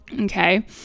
Okay